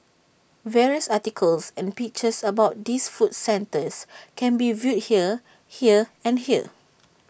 various articles and pictures about this food centre can be viewed here here and here